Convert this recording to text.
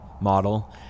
model